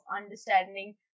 understanding